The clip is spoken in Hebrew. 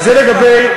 אז תתקן.